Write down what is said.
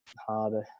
harder